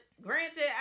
granted